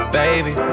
baby